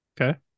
Okay